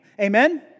Amen